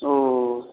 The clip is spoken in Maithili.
ओऽ